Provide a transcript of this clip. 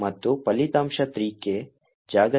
ಮತ್ತು ಫಲಿತಾಂಶ 3 ಕ್ಕೆ